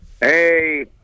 Hey